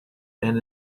and